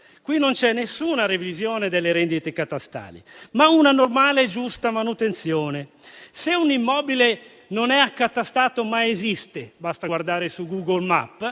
Qui non c'è alcuna revisione delle rendite catastali, ma una normale e giusta manutenzione. Se un immobile non è accatastato, ma esiste (basta guardare su Google Maps),